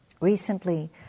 Recently